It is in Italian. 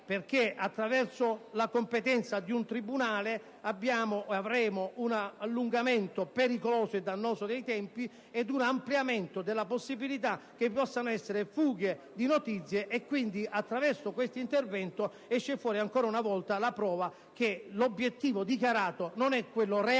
Infatti attraverso la competenza di un tribunale avremo un allungamento pericoloso e dannoso dei tempi ed un ampliamento della possibilità che vi possano essere fughe di notizie. Quindi, attraverso tale intervento emerge ancora una volta la prova che l'obiettivo dichiarato non è quello reale,